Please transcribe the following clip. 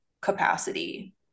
capacity